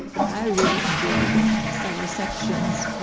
and i really enjoyed several sections,